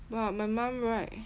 !wah! my mum right